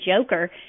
Joker